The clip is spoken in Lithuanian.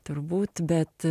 turbūt bet